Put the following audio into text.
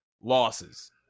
losses